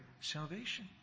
salvation